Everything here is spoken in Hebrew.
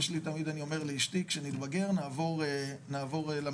תמיד אני אומר לאשתי כשנתבגר נעבור למרכז